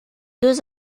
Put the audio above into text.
deux